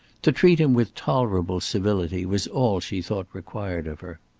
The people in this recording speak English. to treat him with tolerable civility was all she thought required of her.